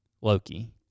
Loki